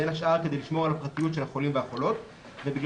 בין השאר כדי לשמור על הפרטיות של החולים והחולות ובגלל